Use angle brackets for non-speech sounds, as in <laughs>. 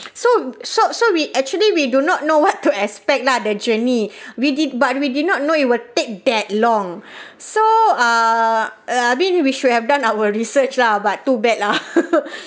so so so we actually we do not know what to expect lah the journey <breath> we did but we did not know it would take that long <breath> so uh uh I mean we should have done our research lah but too bad lah <laughs>